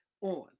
on